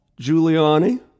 Giuliani